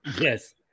Yes